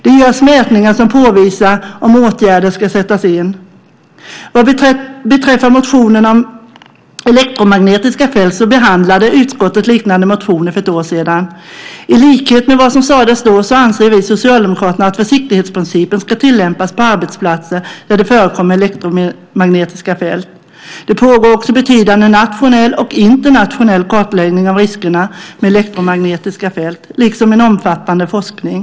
Det görs mätningar som visar om åtgärder ska sättas in. Vad beträffar motionerna om elektromagnetiska fält behandlade utskottet liknande motioner för ett år sedan. I likhet med vad som sades då anser vi socialdemokrater att försiktighetsprincipen ska tillämpas på arbetsplatser där det förekommer elektromagnetiska fält. Det pågår också betydande nationell och internationell kartläggning av riskerna med elektromagnetiska fält, liksom en omfattande forskning.